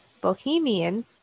bohemian